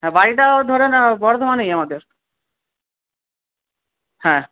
হ্যাঁ বাড়িটাও ধরেন বর্ধমানেই আমাদের হ্যাঁ